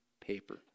paper